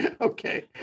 Okay